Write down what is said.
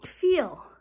feel